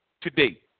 today